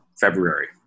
February